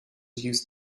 use